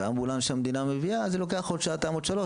ועד שהאמבולנס של המדינה מגיע זה לוקח עוד שעתיים או עוד שלוש,